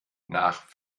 nach